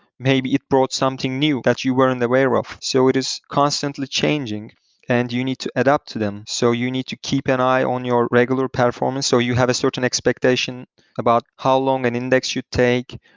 maybe it brought something new that you weren't aware of. so it is constantly changing and you need to adapt to them. so you need to keep an eye on your regular performance so you have a certain expectation about how long an index should take,